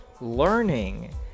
learning